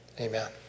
amen